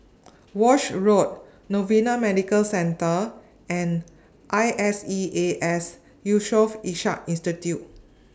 Walshe Road Novena Medical Centre and I S E A S Yusof Ishak Institute